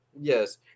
Yes